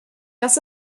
das